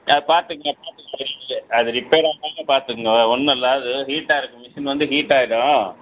ஆ பார்த்துக்கங்கய்யா பார்த்துக்குங்க அது ரிப்பேராகாமல் பார்த்துக்குங்க வேற ஒன்னுமில்ல அது ஹீட்டாயிருக்கும் மிசின் வந்து ஹீட்டாயிடும்